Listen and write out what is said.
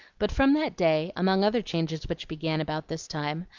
but from that day, among other changes which began about this time,